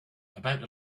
about